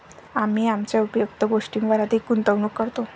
आम्ही आमच्या उपयुक्त गोष्टींवर अधिक गुंतवणूक करतो